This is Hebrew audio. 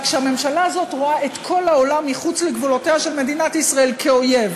רק שהממשלה הזאת רואה את כל העולם מחוץ לגבולותיה של מדינת ישראל כאויב,